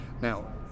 Now